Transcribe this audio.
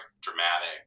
dramatic